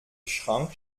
schrank